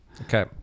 okay